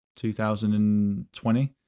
2020